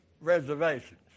reservations